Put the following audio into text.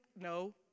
No